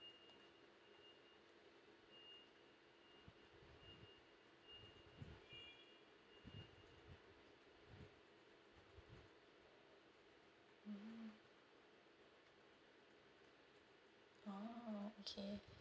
mm [oh[ okay